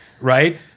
right